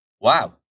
wow